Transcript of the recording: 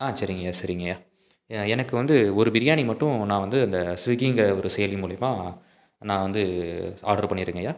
ஆ சரிங்கய்யா சரிங்கய்யா எனக்கு வந்து ஒரு பிரியாணி மட்டும் நான் வந்து அந்த ஸ்விகிங்கிற ஒரு செயலி மூலிமா நான் வந்து ஆடர் பண்ணிடுறேங்கய்யா